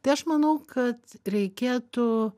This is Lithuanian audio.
tai aš manau kad reikėtų